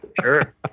Sure